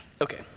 Okay